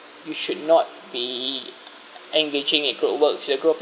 you should not be engaging in group work should have go with